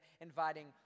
inviting